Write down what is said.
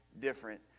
different